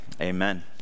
Amen